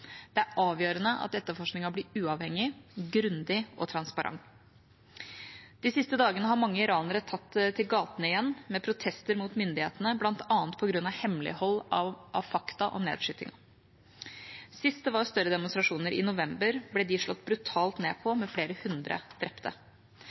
Det er avgjørende at etterforskningen blir uavhengig, grundig og transparent. De siste dagene har mange iranere tatt til gatene igjen med protester mot myndighetene, bl.a. på grunn av hemmelighold av fakta om nedskytingen. Sist det var større demonstrasjoner, i november, ble de slått brutalt ned på,